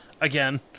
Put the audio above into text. again